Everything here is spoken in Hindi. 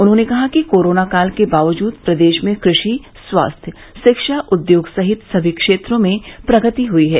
उन्होंने कहा कि कोरोना काल के बावजूद प्रदेश में कृषि स्वास्थ्य शिक्षा उद्योग सहित समी क्षेत्रों में प्रगति हुई है